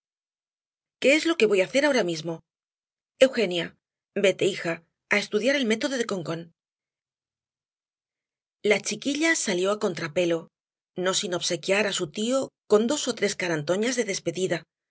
es lo que voy á hacer ahora mismo eugenia vete hija á estudiar el método de concone la chiquilla salió á contrapelo no sin obsequiar á su tío con dos ó tres carantoñas de despedida